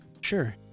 Sure